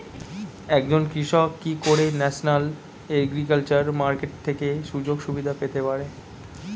একজন কৃষক কি করে ন্যাশনাল এগ্রিকালচার মার্কেট থেকে সুযোগ সুবিধা পেতে পারে?